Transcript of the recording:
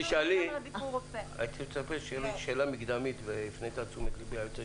הייתי מצפה שתשאלי שאלה מקדמית: אבי,